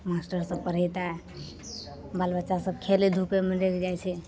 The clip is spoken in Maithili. मास्टर सभ पढ़ेतय बाल बच्चा सभ खेलय धुपयमे लागि जाइ छै